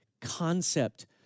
concept